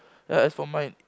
ya as for mine